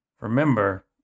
remember